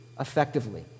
effectively